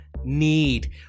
need